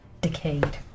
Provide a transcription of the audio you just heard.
Decayed